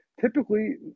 typically